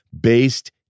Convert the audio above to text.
based